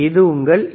இது உங்கள் ஏ